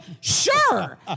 sure